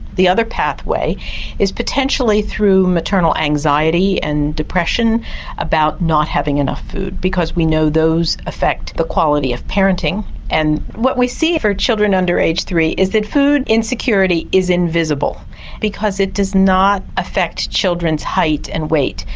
the other pathway is potentially through maternal anxiety and depression about not having enough food because we know those affect the quality of parenting and what we see in children under age three is that food insecurity is invisible because it does not affect children's height and weight.